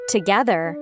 Together